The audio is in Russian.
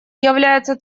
является